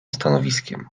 stanowiskiem